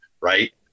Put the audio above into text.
right